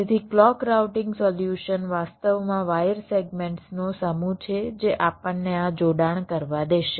તેથી clock routing solution વાસ્તવમાં wire સેગમેન્ટ્સનો સમૂહ છે જે આપણને આ જોડાણ કરવા દેશે